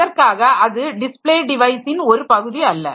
அதற்காக அது டிஸ்ப்ளே டிவைஸின் ஒரு பகுதி அல்ல